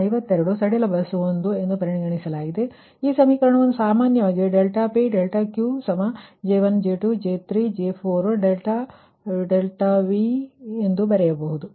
ಆದ್ದರಿ0ದ ಈ ಸಮೀಕರಣವನ್ನು ಸಾಮಾನ್ಯವಾಗಿ ∆P ∆Q ಸಮ J1 J2 J3 J4 ∆δ ∆V ಎ0ದು ಬರೆಯಬಹುದು